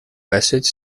passage